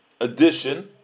edition